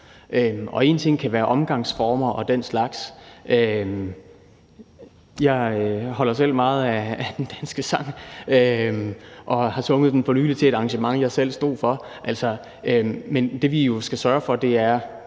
og en ting kan være omgangsformer og den slags. Jeg holder selv meget af »Den danske sang« og har sunget den for nylig til et arrangement, jeg selv stod for, men det, vi jo skal sørge for, er